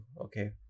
okay